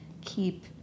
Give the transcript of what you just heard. keep